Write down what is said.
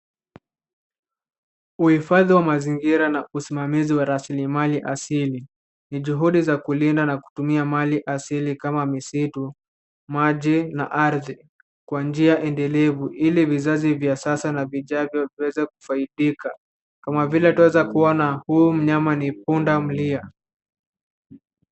Uhifadhi wa mazingira na usimamamizi wa rasilimalia asili asili ni juhudi za kulinda na kutumia mali asili kama misitu, maji kwa njia endelevu ili vizazi vya sasa na vijavyo viweze kufaidika, kama vile twaweza kuona huyu mnyama ni pundamlia.